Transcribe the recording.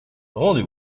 rendez